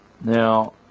now